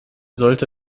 sollte